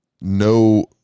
no